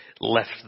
left